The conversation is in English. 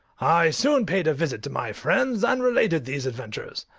i soon paid a visit to my friends, and related these adventures.